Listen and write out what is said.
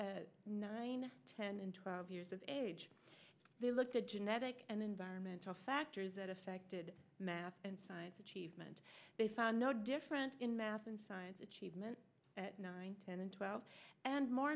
and nine ten and twelve years of age they looked at genetic and environmental factors that affected math and science achievement they found no difference in math and science achievement at nine ten and twelve and more